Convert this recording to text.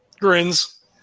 grins